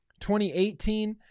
2018